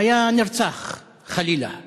היה נרצח חלילה.